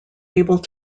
able